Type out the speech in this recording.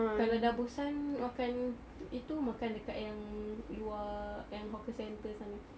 kalau dah bosan makan itu makan dekat yang luar yang hawker centre sana